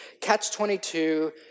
catch-22